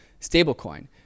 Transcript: stablecoin